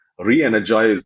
re-energize